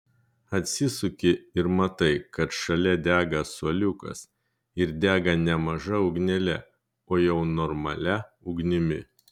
atsisuki ir matai kad šalia dega suoliukas ir dega ne maža ugnele o jau normalia ugnimi